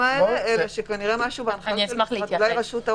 כנראה זה משהו בהנחיות של משרד הפנים.